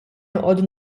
noqogħdu